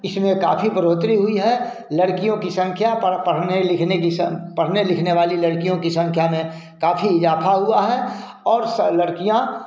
इसमें काफी बढ़ोत्तरी हुई है लड़कियों की संख्या पर पढ़ने लिखने की स पढ़ने लिखने वाली लड़कियों की संख्या में काफी इजाफ़ा हुआ है और स लड़कियाँ